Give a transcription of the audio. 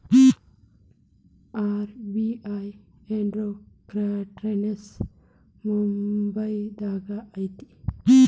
RBI headquarters ಮುಂಬೈದಾಗ ಐತಿ